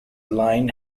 line